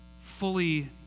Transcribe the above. fully